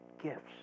gifts